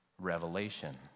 revelation